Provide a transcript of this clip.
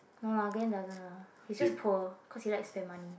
no lah Glen doesn't lah he's just poor cause he like spent money